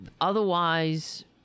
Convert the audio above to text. Otherwise